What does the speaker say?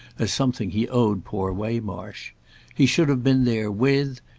as something he owed poor waymarsh he should have been there with,